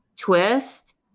twist